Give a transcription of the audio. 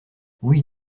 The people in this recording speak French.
oui